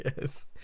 Yes